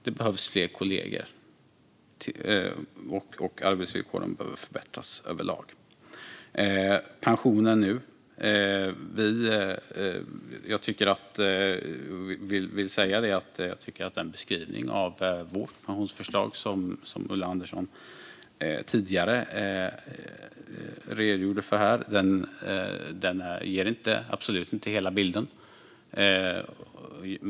Det behövs fler kollegor, och arbetsvillkoren behöver förbättras överlag. Jag tycker att den beskrivning av vårt pensionsförslag som Ulla Andersson tidigare gav här absolut inte ger hela bilden.